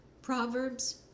Proverbs